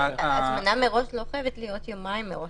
הזמנה מראש לא חייבת להיות יומיים מראש.